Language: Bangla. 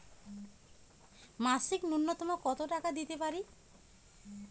মাসিক নূন্যতম কত টাকা দিতে পারি?